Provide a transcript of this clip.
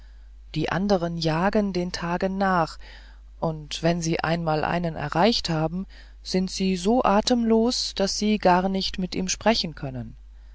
die anderen jagen den tagen nach und wenn sie mal einen erreicht haben sind sie so atemlos daß sie gar nicht mit ihm sprechen können